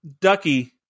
Ducky